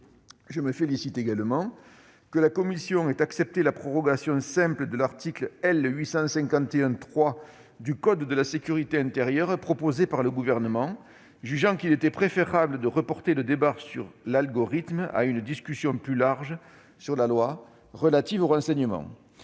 Je me félicite également que la commission ait accepté la prorogation simple de l'article L. 851-3 du code de la sécurité intérieure, proposée par le Gouvernement, jugeant qu'il était préférable de reporter le débat sur l'algorithme à une discussion plus large sur la loi relative au renseignement.